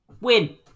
Win